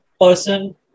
person